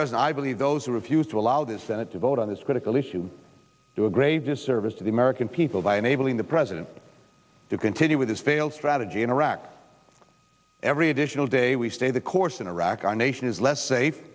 president i believe those who refuse to allow this senate to vote on this critical issue do a great disservice to the american people by enabling the president to continue with his failed strategy in iraq every additional day we stay the course in iraq our nation is less safe